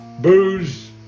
booze